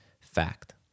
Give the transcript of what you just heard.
fact